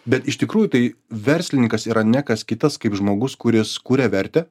bet iš tikrųjų tai verslininkas yra ne kas kitas kaip žmogus kuris kuria vertę